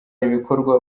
ibikorwa